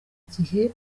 igihe